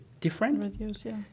Different